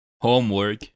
homework